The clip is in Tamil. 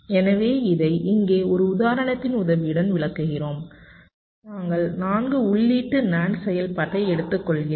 எனவே இதை இங்கே ஒரு உதாரணத்தின் உதவியுடன் விளக்குகிறோம் நாங்கள் 4 உள்ளீட்டு NAND செயல்பாட்டை எடுத்துக்கொள்கிறோம்